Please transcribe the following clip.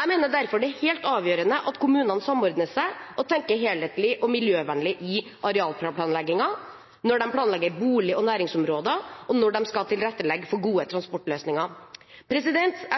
Jeg mener derfor det er helt avgjørende at kommunene samordner seg og tenker helhetlig og miljøvennlig i arealplanleggingen, når de planlegger bolig- og næringsområder, og når de skal tilrettelegge for gode transportløsninger. Jeg